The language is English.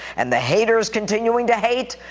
and the haters continuing to hate,